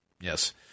yes